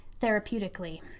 therapeutically